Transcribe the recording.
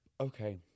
Okay